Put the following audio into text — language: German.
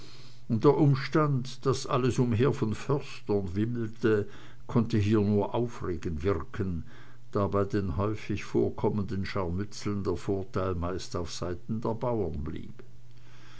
und der umstand daß alles umher von förstern wimmelte konnte hier nur aufregend wirken da bei den häufig vorkommenden scharmützeln der vorteil meist auf seiten der bauern blieb